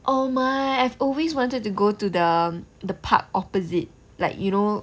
oh my I've always wanted to go to the the park opposite like you know